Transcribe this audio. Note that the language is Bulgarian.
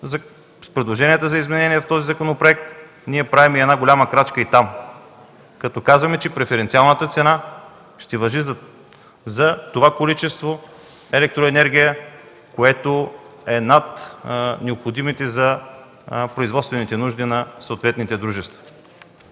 С предложенията за изменения в този законопроект ние правим голяма крачка и там, като казваме, че преференциалната цена ще важи за това количество електроенергия, което е над необходимите за производствените нужди на съответните дружества.